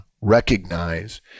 recognize